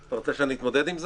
אתה רוצה שאני אתמודד עם זה?